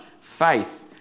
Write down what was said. faith